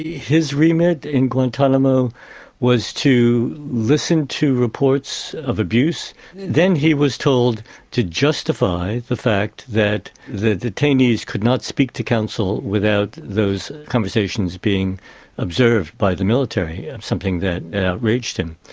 his remit in guantanamo was to listen to reports of abuse and then he was told to justify the fact that the detainees could not speak to counsel without those conversations being observed by the military, something that outraged him.